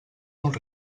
molt